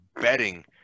betting